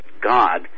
God